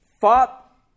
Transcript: fought